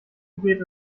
geht